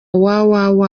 www